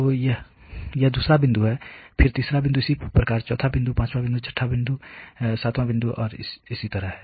तो यह दूसरा बिंदु है फिर तीसरा बिंदु इसी प्रकार चौथा बिंदु पांचवां बिंदु 6th वां बिंदु सातवां बिंदु और इसी तरह